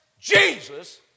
Jesus